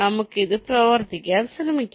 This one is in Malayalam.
നമുക്ക് ഇത് പ്രവർത്തിക്കാൻ ശ്രമിക്കാം